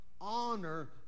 honor